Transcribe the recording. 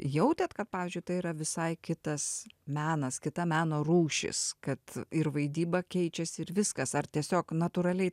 jautėt kad pavyzdžiui tai yra visai kitas menas kita meno rūšis kad ir vaidyba keičiasi ir viskas ar tiesiog natūraliai